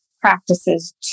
practices